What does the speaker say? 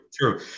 true